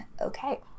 Okay